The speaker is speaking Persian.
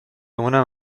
اونم